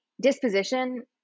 disposition